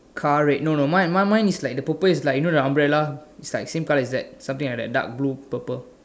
car red no no mine mine mine is like the purple is like you know the umbrella is like same colour as that something like that dark blue purple